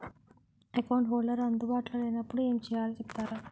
Account holder అందు బాటులో లే నప్పుడు ఎం చేయాలి చెప్తారా?